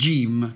Jim